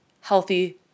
healthy